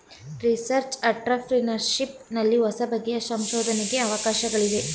research entrepreneurship ನಲ್ಲಿ ಹೊಸಬಗೆಯ ಸಂಶೋಧನೆಗೆ ಅವಕಾಶಗಳಿವೆ